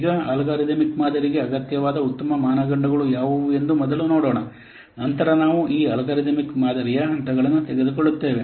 ಈಗ ಅಲ್ಗಾರಿದಮಿಕ್ ಮಾದರಿಗೆ ಅಗತ್ಯವಾದ ಉತ್ತಮ ಮಾನದಂಡಗಳು ಯಾವುವು ಎಂದು ಮೊದಲು ನೋಡೋಣ ನಂತರ ನಾವು ಈ ಅಲ್ಗಾರಿದಮಿಕ್ ಮಾದರಿಯ ಹಂತಗಳನ್ನು ತೆಗೆದುಕೊಳ್ಳುತ್ತೇವೆ